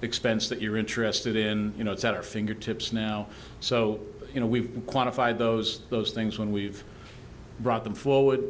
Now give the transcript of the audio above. expense that you're interested in you know it's at our finger tip's now so you know we've quantified those those things when we've brought them forward